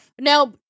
Now